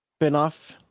spinoff